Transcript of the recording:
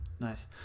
Nice